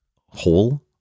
Whole